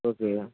okay